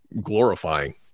glorifying